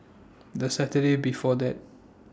The Saturday before that